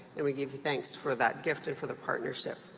and we give you thanks for that gift and for the partnership.